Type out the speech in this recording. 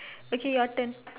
okay your turn